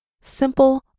simple